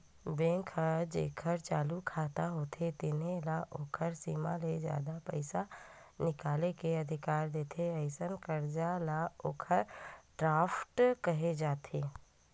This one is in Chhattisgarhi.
बेंक म जेखर चालू जमा खाता होथे तेनो ल ओखर सीमा ले जादा पइसा निकाले के अधिकार देथे, अइसन करजा ल ओवर ड्राफ्ट केहे जाथे